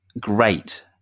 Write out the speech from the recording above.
great